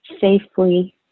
safely